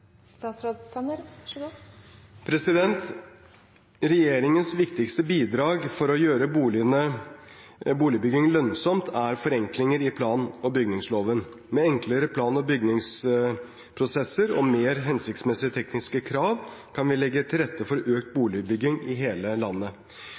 bidrag for å gjøre boligbygging lønnsomt er forenklinger i plan- og bygningsloven. Med enklere plan- og bygningsprosesser og mer hensiktsmessige tekniske krav kan vi legge til rette for økt